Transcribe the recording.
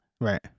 Right